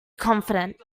confident